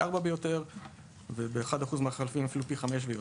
ארבעה ויותר; ב-1% מהחלפים זה היה אפילו פי חמישה ויותר.